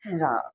र